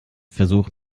versuch